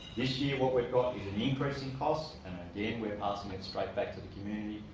this year what we've got is an increase in costs and again, we're passing it straight back to the community.